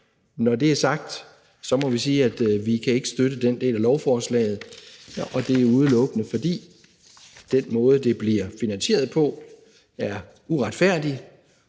når det er sagt, må vi sige, at vi ikke kan støtte den del af lovforslaget, og det skyldes udelukkende, at den måde, det bliver finansieret på, er uretfærdig.